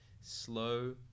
slow